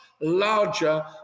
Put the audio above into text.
larger